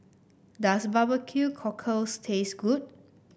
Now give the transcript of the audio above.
does bbq cockle taste good